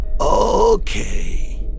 Okay